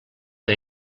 que